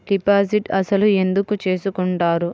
Deposit అసలు ఎందుకు చేసుకుంటారు?